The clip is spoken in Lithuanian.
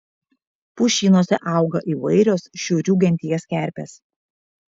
pušynuose auga įvairios šiurių genties kerpės